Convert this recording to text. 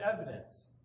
evidence